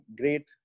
great